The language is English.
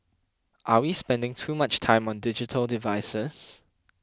are we spending too much time on digital devices